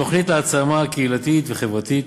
תוכנית העצמה קהילתית וחברתית,